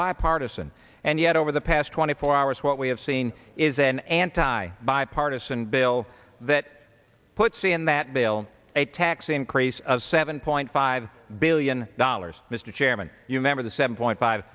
bipartisan and yet over the past twenty four hours what we have seen is an anti bipartisan bill that puts in that bill a tax increase of seven point five billion dollars mr chairman you member the seven point five